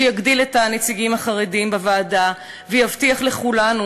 שיגדיל את הנציגים החרדים בוועדה ויבטיח לכולנו,